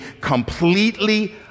completely